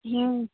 हूँ